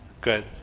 good